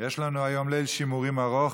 יש לנו היום ליל שימורים ארוך,